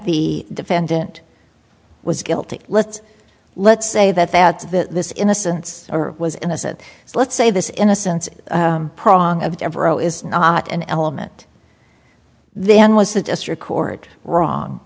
the defendant was guilty let's let's say that that this innocent or was innocent let's say this innocence of devereaux is not an element then was the district court wrong